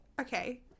okay